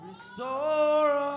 Restore